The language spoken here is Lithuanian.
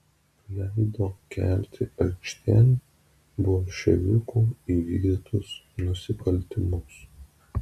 leido kelti aikštėn bolševikų įvykdytus nusikaltimus